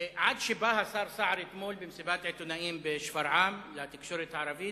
עד שבא השר סער אתמול במסיבת עיתונאים בשפרעם לתקשורת הערבית,